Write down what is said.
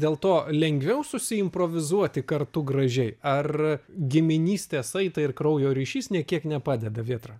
dėl to lengviau susiimprovizuoti kartu gražiai ar giminystės saitai ir kraujo ryšys nė kiek nepadeda vėtra